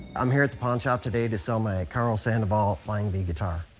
i'm here at the pawn shop today to sell my karl sandoval flying v guitar.